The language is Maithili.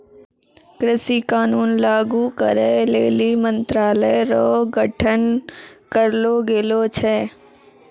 कृषि कानून लागू करै लेली मंत्रालय रो गठन करलो गेलो छै